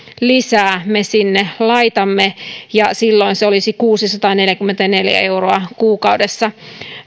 lisää me sinne laitamme ja silloin se olisi kuusisataaneljäkymmentäneljä euroa kuukaudessa